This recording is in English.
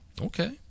Okay